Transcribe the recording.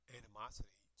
animosity